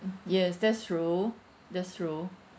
yes that's true that's true